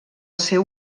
seu